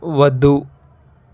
వద్దు